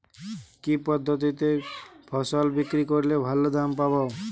কি পদ্ধতিতে ফসল বিক্রি করলে ভালো দাম পাব?